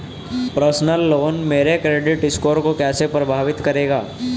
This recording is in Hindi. पर्सनल लोन मेरे क्रेडिट स्कोर को कैसे प्रभावित करेगा?